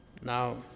Now